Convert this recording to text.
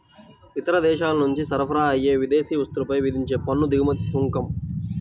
ఇతర దేశాల నుంచి సరఫరా అయ్యే విదేశీ వస్తువులపై విధించే పన్ను దిగుమతి సుంకం